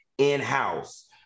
in-house